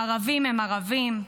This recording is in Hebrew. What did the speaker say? הערבים הם ערבים,